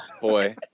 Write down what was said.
boy